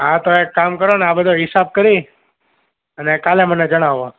હા તો એક કામ કરો ને આ બધો હિસાબ કરી અને કાલે મને જણાવો